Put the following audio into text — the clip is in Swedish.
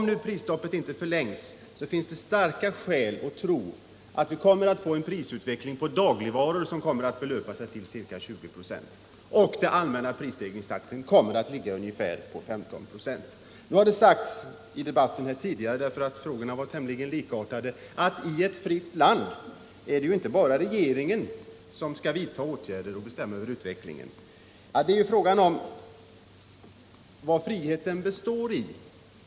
Om nu prisstoppet inte förlängs, så finns det starka skäl att tro att vi kommer att få en prisutveckling för dagligvaror på ca 20 96 och att den allmänna prisstegringstakten kommer att vara ungefär 15 96. Nu har det sagts i debatten tidigare — frågorna var tämligen likartade — att i ett fritt land är det inte bara regeringen som skall vidta åtgärder och bestämma över utvecklingen. Det är ju fråga om vad friheten består i.